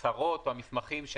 זה